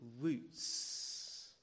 roots